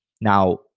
Now